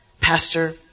Pastor